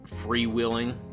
freewheeling